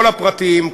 כל הפרטים,